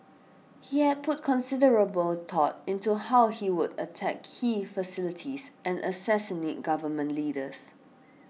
he had put considerable thought into how he would attack key facilities and assassinate Government Leaders